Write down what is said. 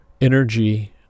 energy